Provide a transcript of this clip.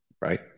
right